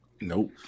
Nope